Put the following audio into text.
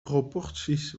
proporties